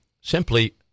simply